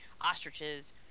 ostriches